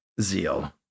zeal